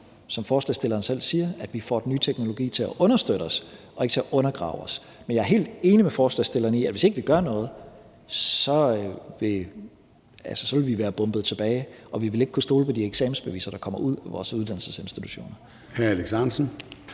som forslagsstilleren selv siger, får den nye teknologi til at understøtte os og ikke til at undergrave os. Men jeg er helt enig med forslagsstillerne i, at hvis ikke vi gør noget, så vil vi være bombet tilbage, og vi vil ikke kunne stole på de eksamensbeviser, der kommer ud af vores uddannelsesinstitutioner.